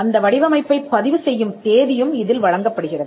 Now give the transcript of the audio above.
அந்த வடிவமைப்பைப் பதிவு செய்யும் தேதியும் இதில் வழங்கப்படுகிறது